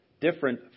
Different